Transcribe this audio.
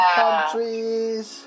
countries